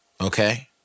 okay